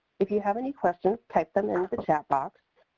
if you have any questions type them and chat box.